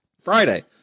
Friday